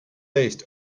east